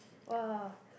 wa